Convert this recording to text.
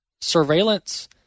surveillance